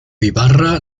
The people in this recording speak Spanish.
ibarra